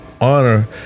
honor